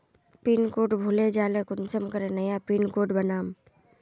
Pin code भूले जाले कुंसम करे नया पिन कोड बनाम?